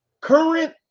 current